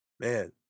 Man